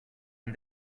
and